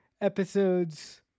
episodes